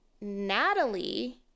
Natalie